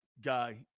guy